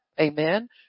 Amen